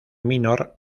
minor